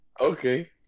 Okay